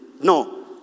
No